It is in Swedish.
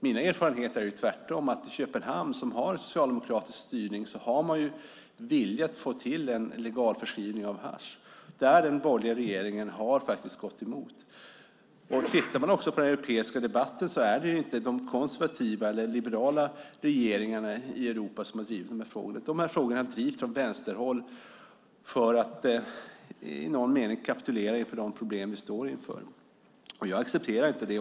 Mina erfarenheter är tvärtom att man i Köpenhamn, som har socialdemokratiskt styre, har velat få till legalförskrivning av hasch vilket den borgerliga regeringen har gått emot. Tittar man på den europeiska debatten ser man också att det inte är de konservativa eller liberala regeringarna i Europa som har drivit detta. De här frågorna drivs från vänsterhåll för att i någon mening kapitulera för de problem vi står inför. Jag accepterar inte detta.